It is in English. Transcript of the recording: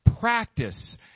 Practice